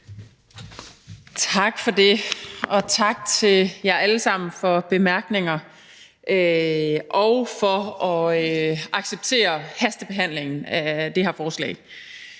Tak for det, og tak til jer alle sammen for bemærkninger og for at acceptere hastebehandlingen af det her forslag.